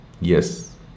Yes